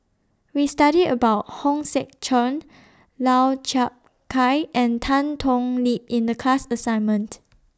We studied about Hong Sek Chern Lau Chiap Khai and Tan Thoon Lip in The class assignment